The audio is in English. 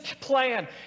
plan